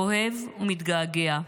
אוהב ומתגעגע,